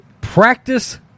practice